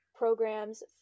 programs